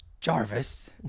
Jarvis